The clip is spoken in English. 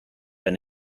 been